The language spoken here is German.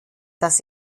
dass